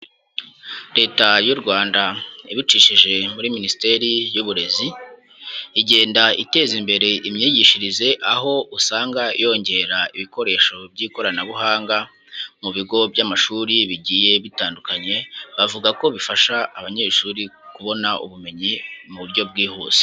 Leta y'u Rwanda, ibicishije muri minisiteri, y'uburezi. Igenda iteza imbere imyigishirize, aho usanga yongera ibikoresho by'ikoranabuhanga mu bigo by'amashuri bigiye bitandukanye, bavuga ko bifasha abanyeshuri kubona ubumenyi mu buryo bwihuse.